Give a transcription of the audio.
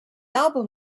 album